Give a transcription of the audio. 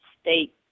state